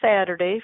Saturday